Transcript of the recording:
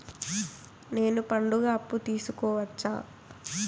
నేను పండుగ అప్పు తీసుకోవచ్చా?